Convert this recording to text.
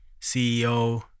CEO